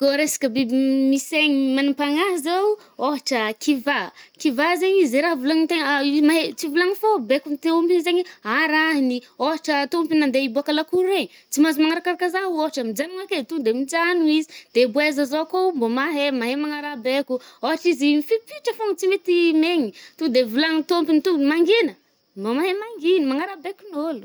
Kôa resaka biby misaigny manam-pagnàha zao, ôhatra kivà, kivà zegny zay raha volagnin’ny tegna mahay tsy volanigny fô baikon’ny tômpiny zaigny arahiny, ôhatra tômpiny nandeha iboaka lakoro igny, tsy mahazo magnarakaraka zah ôhatra, mijanona ake to de mijanona izy. De boeza zao koa mbô mahay, mahay manara-baiko. Ôhatra izy mifiopiotra fôgna, tsy mety megny, to de volagnin’ny tômpiny to mangina mba mahay mangina manaraka baikon’ôlo.